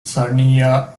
sarnia